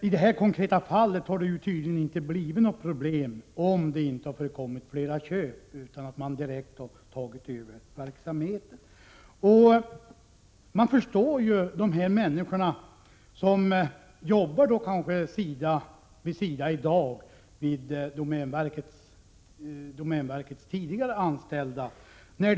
I det konkreta fallet har det tydligen inte blivit några problem, om det inte har förekommit flera köp, utan det har varit ett direkt övertagande av verksamheten. Man förstår de här människorna, som i dag kanske jobbar sida vid sida med folk som varit anställda vid domänverket sedan tidigare.